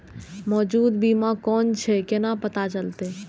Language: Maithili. मौजूद बीमा कोन छे केना पता चलते?